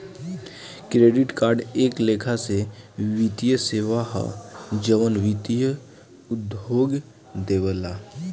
credit card एक लेखा से वित्तीय सेवा ह जवन वित्तीय उद्योग देवेला